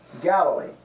Galilee